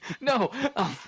no